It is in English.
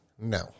No